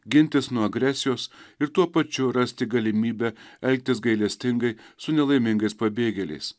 gintis nuo agresijos ir tuo pačiu rasti galimybę elgtis gailestingai su nelaimingais pabėgėliais